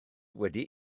wedi